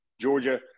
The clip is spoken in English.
Georgia